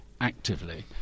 actively